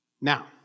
Now